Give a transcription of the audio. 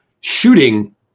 Shooting